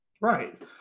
Right